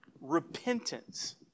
repentance